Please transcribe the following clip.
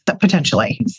potentially